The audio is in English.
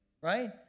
Right